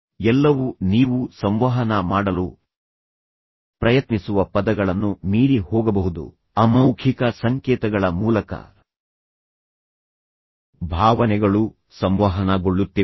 ಎಲ್ಲವೂ ನೀವು ಸಂವಹನ ಮಾಡಲು ಪ್ರಯತ್ನಿಸುವ ಪದಗಳನ್ನು ಮೀರಿ ಹೋಗಬಹುದು ಅಮೌಖಿಕ ಸಂಕೇತಗಳ ಮೂಲಕ ಭಾವನೆಗಳು ಸಂವಹನಗೊಳ್ಳುತ್ತಿವೆ